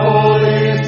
Holy